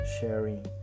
sharing